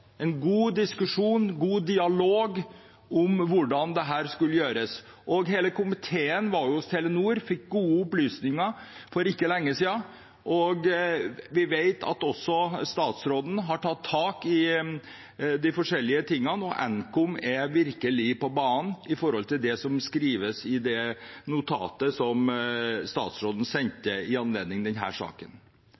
en god diskusjon, en god dialog om hvordan dette skulle gjøres. Hele komiteen var hos Telenor og fikk gode opplysninger for ikke lenge siden, og vi vet at også statsråden har tatt tak i de forskjellige tingene, og Nkom er virkelig på banen med hensyn til det som skrives i det notatet som statsråden sendte